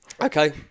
Okay